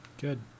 Good